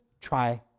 try